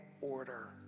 order